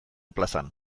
plazan